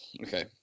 Okay